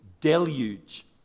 deluge